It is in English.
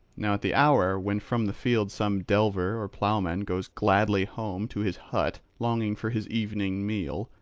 now at the hour when from the field some delver or ploughman goes gladly home to his hut, longing for his evening meal,